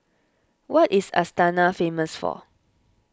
what is Astana famous for